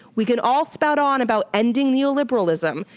we can all spout on about ending neoliberalism.